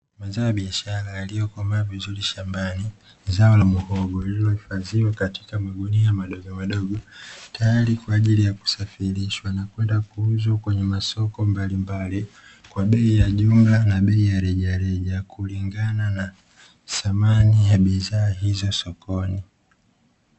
Mazao ya biashara yaliyo komaa vizuri shambani zao la mhogo zilizohifadhiwa katika magunia madogo madogo, tayari kwa ajili ya kusafirishwa na kwenda kuuzwa kwenye masoko mbalimbali kwa bei ya jumla na bei ya rejareja kulingana na samani ya bidhaa hizo sokoni.